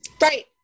Right